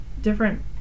different